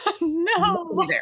No